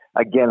Again